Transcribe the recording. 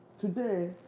Today